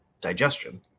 digestion